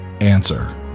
Answer